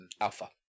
alpha